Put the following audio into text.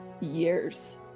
years